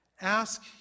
Ask